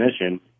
mission